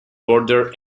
border